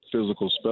physical